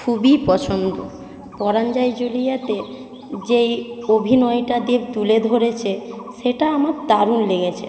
খুবই পছন্দ পরান যায় জ্বলিয়াতে যেই অভিনয়টা দেব তুলে ধরেছে সেটা আমার দারুণ লেগেছে